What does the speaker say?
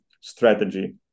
strategy